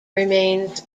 remains